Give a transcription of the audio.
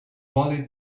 molly